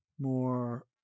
more